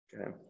Okay